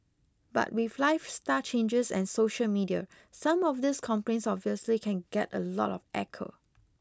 but with lifestyle changes and social media some of these complaints obviously can get a lot of echo